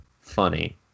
funny